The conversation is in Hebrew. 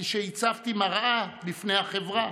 כשהצבתי מראה לפני החברה,